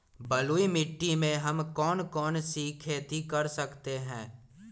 बलुई मिट्टी में हम कौन कौन सी खेती कर सकते हैँ?